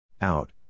Out